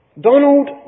Donald